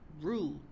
rude